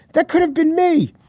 that could have been me.